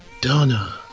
Donna